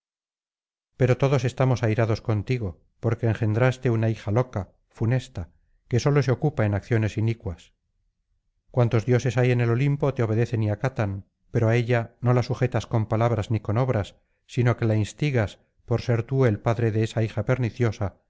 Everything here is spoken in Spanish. pero todos estamos airados contigo porque engendraste una hija loca funesta que sólo se ocupa en acciones inicuas cuantos dioses hay en el olimpo te obedecen y acatan pero á ella no la sujetas con palabras ni con obras sino que la instigas por ser tú el padre de esa hija perniciosa